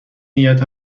نیت